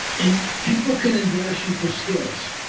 and people can endorse you for skills.